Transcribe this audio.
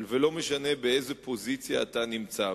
ולא משנה באיזו פוזיציה אתה נמצא.